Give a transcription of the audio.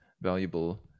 valuable